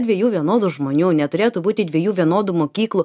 dviejų vienodų žmonių neturėtų būti dviejų vienodų mokyklų